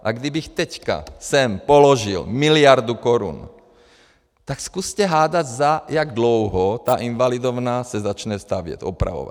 A kdybych teď sem položil miliardu korun, tak zkuste hádat, za jak dlouho ta Invalidovna se začne stavět, opravovat.